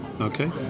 Okay